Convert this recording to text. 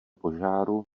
požáru